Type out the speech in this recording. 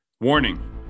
Warning